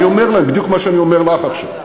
אני אומר להם בדיוק את מה שאני אומר לך עכשיו,